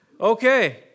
Okay